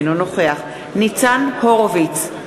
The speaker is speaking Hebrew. אינו נוכח ניצן הורוביץ,